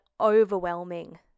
overwhelming